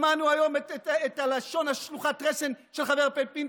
שמענו היום את הלשון שלוחת הרסן של חבר הכנסת פינדרוס,